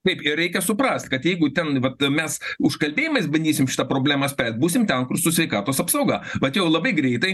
taip ir reikia suprast kad jeigu ten vat mes užkalbėjimais bandysim šitą problemą spręst būsim ten su sveikatos apsauga vat jau labai greitai